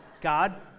God